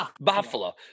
buffalo